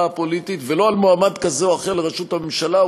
הפוליטית ולא על מועמד כזה או אחר לראשות הממשלה,